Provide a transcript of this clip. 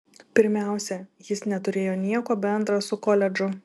pirmiausia jis neturėjo nieko bendra su koledžu